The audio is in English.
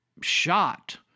shot